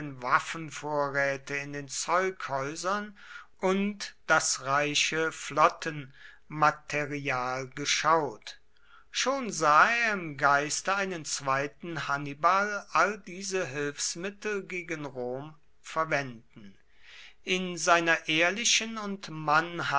waffenvorräte in den zeughäusern und das reiche flottenmaterial geschaut schon sah er im geiste einen zweiten hannibal all diese hilfsmittel gegen rom verwenden in seiner ehrlichen und